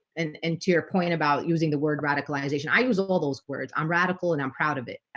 and and to your point about using the word radical ionization, i use of all those words. i'm radical and i'm proud of it and